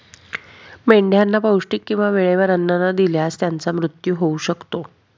मेंढ्यांना पौष्टिक किंवा वेळेवर अन्न न दिल्यास त्यांचा मृत्यू होऊ शकतो